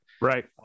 right